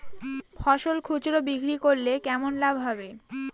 ফসল খুচরো বিক্রি করলে কেমন লাভ হবে?